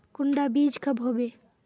कुंडा बीज कब होबे?